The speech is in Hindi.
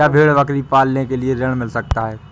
क्या भेड़ बकरी पालने के लिए ऋण मिल सकता है?